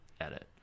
edit